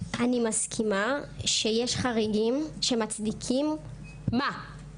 אני מסכימה שיש חריגים שמצדיקים --- מה?